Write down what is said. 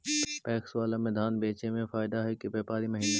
PACS बाला में धान बेचे मे फायदा है कि व्यापारी महिना?